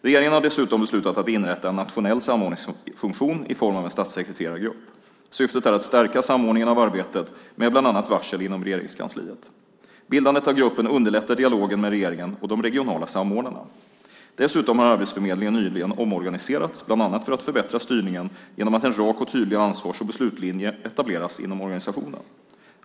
Regeringen har dessutom beslutat att inrätta en nationell samordningsfunktion i form av en statssekreterargrupp. Syftet är att stärka samordningen av arbetet med bland annat varsel inom Regeringskansliet. Bildandet av gruppen underlättar dialogen mellan regeringen och de regionala samordnarna. Dessutom har Arbetsförmedlingen nyligen omorganiserats, bland annat för att förbättra styrningen genom att en rak och tydlig ansvars och beslutslinje etableras inom organisationen.